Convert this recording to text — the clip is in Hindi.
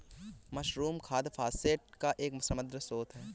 मशरूम खाद फॉस्फेट का एक समृद्ध स्रोत है